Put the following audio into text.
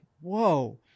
whoa